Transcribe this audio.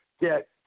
get